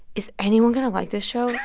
is anyone going to like this show?